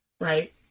Right